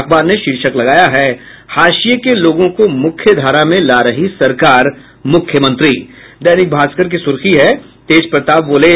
अखबार ने शीर्षक लगाया है हाशिये के लोगों को मुख्यधारा में ला रही सरकार मुख्यमंत्री दैनिक भास्कर की सुर्खी है तेज प्रताप वोले